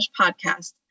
podcast